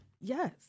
Yes